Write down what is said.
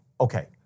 Okay